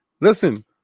listen